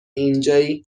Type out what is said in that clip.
اینجایی